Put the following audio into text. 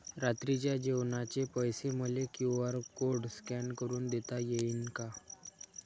रात्रीच्या जेवणाचे पैसे मले क्यू.आर कोड स्कॅन करून देता येईन का?